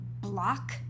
block